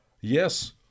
Yes